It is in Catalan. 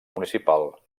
municipal